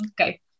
okay